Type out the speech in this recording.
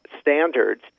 standards